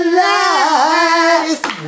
life